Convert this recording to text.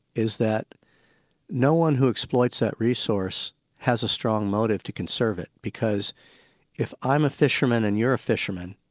is that no-one who exploits that resource has a strong motive to conserve it, because if i'm a fisherman and you're a fisherman,